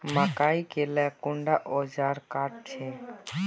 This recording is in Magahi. मकई के ला कुंडा ओजार काट छै?